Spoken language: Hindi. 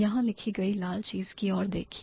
यहां लिखी गई लाल चीज की ओर देखिए